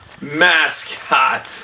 Mascot